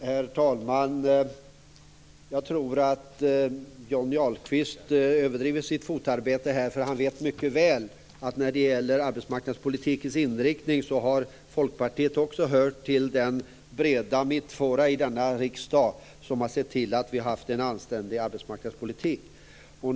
Herr talman! Jag tror att Johnny Ahlqvist överdriver sitt fotarbete, för han vet mycket väl att när det gäller arbetsmarknadspolitikens inriktning har folkpartiet hört till den breda mittfåra i denna riksdag som har sett till att det har förts en anständig arbetsmarknadspolitik.